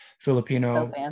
Filipino